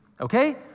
Okay